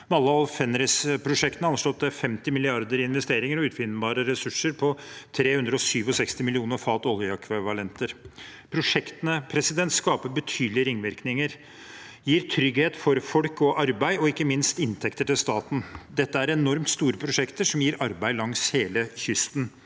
Valhall- og Fenris-prosjektene er anslått til 50 mrd. kr i investeringer og utvinnbare ressurser på 367 millioner fat oljeekvivalenter. Prosjektene skaper betydelige ringvirkninger, gir trygghet for folk og arbeid og ikke minst inntekter til staten. Dette er enormt store prosjekter, som gir arbeid langs hele kysten.